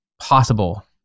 possible